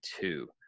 two